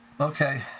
Okay